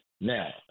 Now